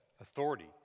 authority